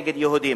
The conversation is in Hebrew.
נגד יהודים.